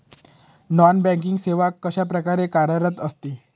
Non banking सेवा कशाप्रकारे कार्यरत असते?